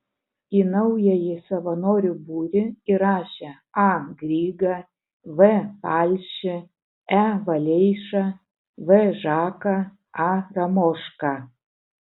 į naująjį savanorių būrį įrašė a grygą v palšį e valeišą v žaką a ramošką